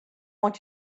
want